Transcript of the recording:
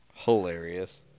Hilarious